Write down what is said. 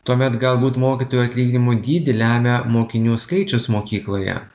tuomet galbūt mokytojų atlyginimo dydį lemia mokinių skaičius mokykloje